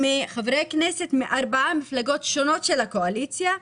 עם ם חברי כנסת מארבע מפלגות שונות של הקואליציה.